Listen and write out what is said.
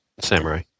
Samurai